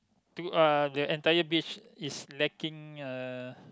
to uh the entire beach is lacking uh